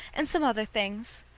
and some other things.